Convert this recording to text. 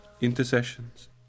Intercessions